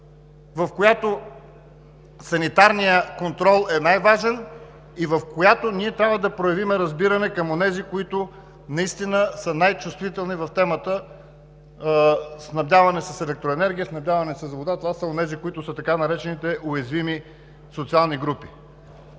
в която санитарният контрол е най-важен и в която ние трябва да проявим разбиране към онези, които наистина са най-чувствителни в темата снабдяване с електроенергия, с вода – така наречените уязвими социални групи.